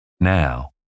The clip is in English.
Now